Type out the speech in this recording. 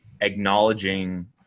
acknowledging